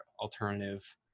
alternative